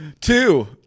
Two